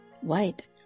white